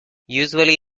usually